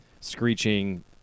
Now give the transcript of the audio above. screeching